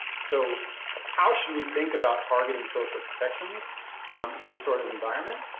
so how should we think about targeting social protections and this sort of environment?